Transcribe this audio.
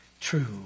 true